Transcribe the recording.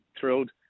thrilled